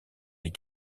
des